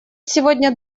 сегодня